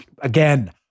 again